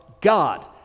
God